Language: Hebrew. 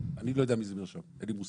אני לא יודע מי זה מרשם, אין לי מושג.